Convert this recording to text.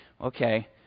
Okay